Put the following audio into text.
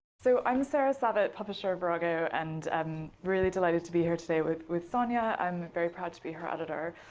so i'm sarah savitt, publisher at virago. and i'm really delighted to be here today with with sonia. i'm very proud to be her editor.